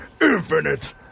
Infinite